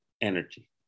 energy